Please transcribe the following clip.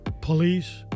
police